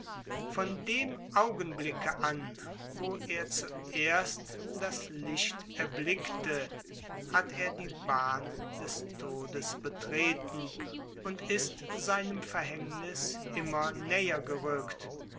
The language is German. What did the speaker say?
von dem augenblicke an wo er zuerst das licht erblickte hat er die bahn des todes betreten und ist seinem verhängniß immer näher gerückt